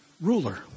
ruler